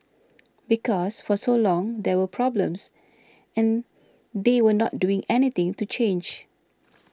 because for so long there were problems and they were not doing anything to change